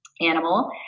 animal